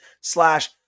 slash